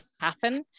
happen